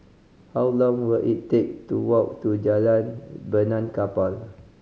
how long will it take to walk to Jalan Benaan Kapal